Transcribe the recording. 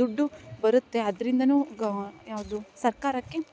ದುಡ್ದು ಬರುತ್ತೆ ಅದರಿಂದ ಯಾವುದು ಸರ್ಕಾರಕ್ಕೆ